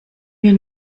wir